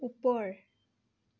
ওপৰ